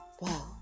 wow